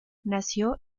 nació